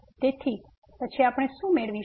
તેથી પછી આપણે શું મેળવીશું